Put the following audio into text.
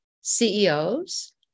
CEOs